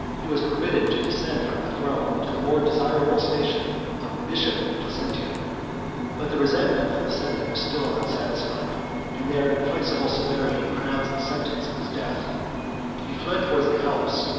he was permitted to descend from the throne to the more desirable station of bishop of placentia but the resentment of the senate was still unsatisfied and their inflexible severity pronounced the sentence of his death he fled towards the alps,